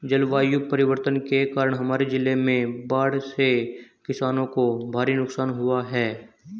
जलवायु परिवर्तन के कारण हमारे जिले में बाढ़ से किसानों को भारी नुकसान हुआ है